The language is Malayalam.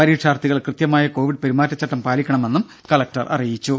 പരീക്ഷാർത്ഥികൾ കൃത്യമായ കോവിഡ് പെരുമാറ്റചട്ടം പാലിക്കണമെന്നും കലക്ടർ അറിയിച്ചു